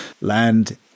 land